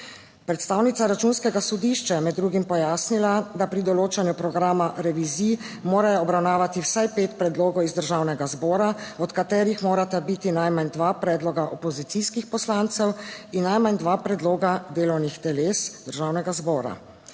Predstavnica Računskega sodišča je med drugim pojasnila, da pri določanju programa revizij morajo obravnavati vsaj pet predlogov iz Državnega zbora, od katerih morata biti najmanj dva predloga opozicijskih poslancev in najmanj dva predloga delovnih teles Državnega zbora.